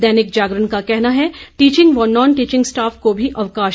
दैनिक जागरण का कहना है टीचिंग व नॉन टीचिंग स्टाफ को भी अवकाश